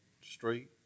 street